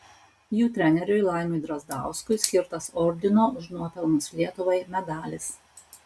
jų treneriui laimiui drazdauskui skirtas ordino už nuopelnus lietuvai medalis